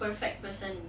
perfect person